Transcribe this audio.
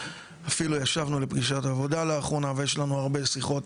אפילו ישבנו לפגישת עבודה לאחרונה ויש לנו הרבה שיחות,